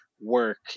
work